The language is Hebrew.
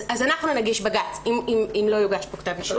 אז אנחנו נגיש בג"ץ, אם לא יוגש פה כתב אישום.